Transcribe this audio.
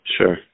Sure